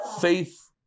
Faith